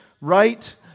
right